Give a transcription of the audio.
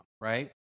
right